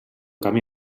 camí